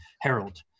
Harold